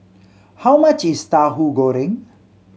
how much is Tahu Goreng